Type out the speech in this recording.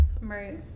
right